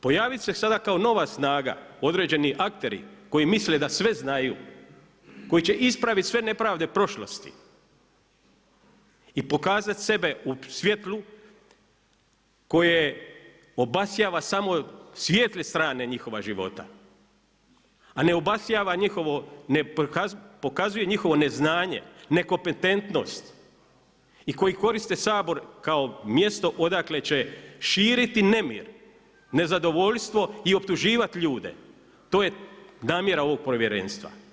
Pojavit se sada kao nova snaga, određeni akteri koji misle da sve znaju, koji će ispraviti sve nepravde prošlosti i pokazati sebe u svjetlu koje obasjava samo svijetle strane njihova života, a ne pokazuje njihovo neznanje, nekompetentnost i koji koriste Sabor kao mjesto odakle će širiti nemir, nezadovoljstvo i optuživati ljude, to je namjera ovog Povjerenstva.